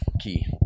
key